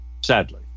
sadly